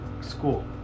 School